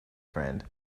friend